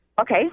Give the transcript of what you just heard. Okay